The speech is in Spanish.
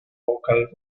vocal